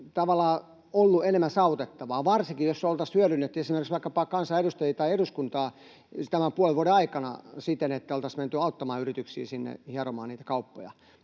tavallaan ollut enemmän saavutettavaa varsinkin, jos oltaisiin hyödynnetty vaikkapa kansanedustajia tai eduskuntaa tämän puolen vuoden aikana siten, että oltaisiin menty auttamaan yrityksiä sinne hieromaan niitä kauppoja.